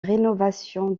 rénovation